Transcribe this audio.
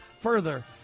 further